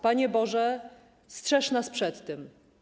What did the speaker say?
Panie Boże, strzeż nas przed tym.